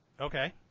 okay